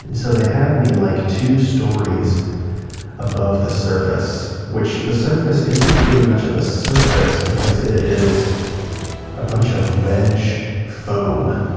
and so they have me like two stories above the surface. which, the surface isn't really much of a surface because it is a bunch of wedge foam.